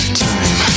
time